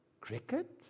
Cricket